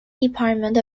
department